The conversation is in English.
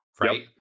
right